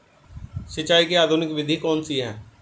सिंचाई की आधुनिक विधि कौन सी है?